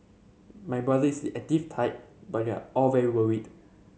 my brother is the active type but we are all very worried